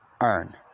earn